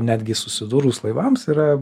netgi susidūrus laivams yra